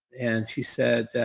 and she said,